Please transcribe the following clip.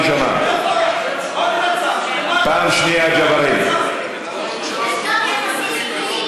פעם שנייה, עיסאווי.